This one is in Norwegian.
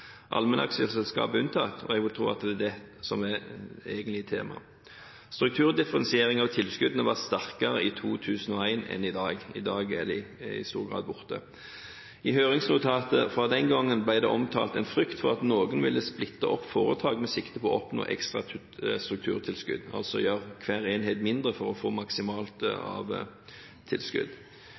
Allmennaksjeselskap er unntatt, og jeg vil tro at det er det som egentlig er temaet. Strukturdifferensiering av tilskuddene var sterkere i 2001 enn i dag. I dag er de i stor i grad borte. I høringsnotatet fra den gangen ble det omtalt en frykt for at noen ville splitte opp foretak med sikte på å oppnå ekstra strukturtilskudd, altså gjøre hver enhet mindre for å få maksimalt av tilskudd.